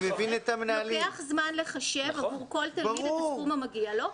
לוקח זמן לחשב עבור כל תלמיד את הסכום המגיע לו.